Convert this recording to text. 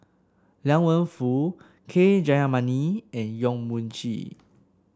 Liang Wenfu K Jayamani and Yong Mun Chee